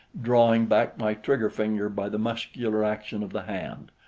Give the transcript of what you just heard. drawing back my trigger-finger by the muscular action of the hand.